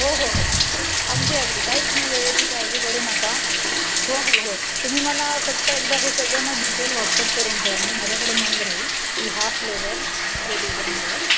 हो हो हो अगदी अगदी काहीच तुम्ही वेळेची काळजी करू नका हो हो हो तुम्ही मला फक्त एकदा हे सगळं ना डिटेल व्हॉट्सअप करून ठेवा म्हणजे माझ्याकडे नोंद राहील की हा फ्लेवर आणि हे डिझाईन हवं आहे